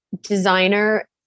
designer